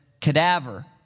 cadaver